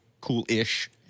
cool-ish